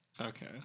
Okay